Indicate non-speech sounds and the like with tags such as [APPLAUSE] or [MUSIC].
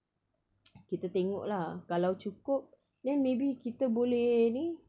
[NOISE] kita tengok lah kalau cukup then maybe kita boleh ni